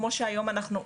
כמו שהיום אנחנו,